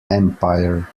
empire